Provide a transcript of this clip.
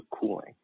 cooling